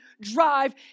drive